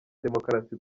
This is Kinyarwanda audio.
demokarasi